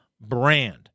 brand